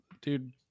dude